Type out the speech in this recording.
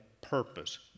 purpose